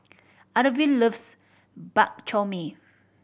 Arvil loves Bak Chor Mee